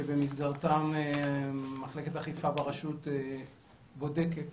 שבמסגרתם מחלקת אכיפה ברשות בודקת